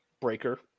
Breaker